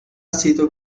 sido